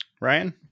Ryan